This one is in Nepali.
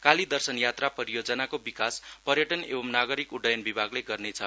काली दर्शन यात्रा परियोजनाको विकास पयर्टन एवं नागरिक उड्डयन विभागले गर्ने छ